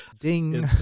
Ding